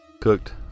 Cooked